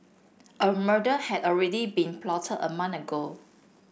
a murder had already been plotted a month ago